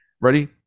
Ready